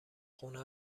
خونه